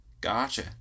Gotcha